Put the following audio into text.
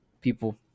people